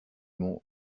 mont